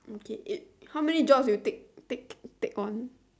okay it how many jobs you take take take on